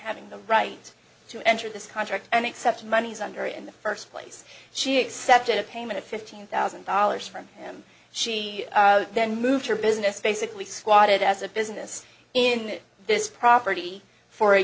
having the right to enter this contract and accept monies under in the first place she accepted a payment of fifteen thousand dollars from him she then moved her business basically swatted as a business in this property for a